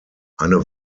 eine